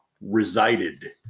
resided